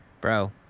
Bro